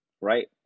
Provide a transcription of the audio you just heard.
Right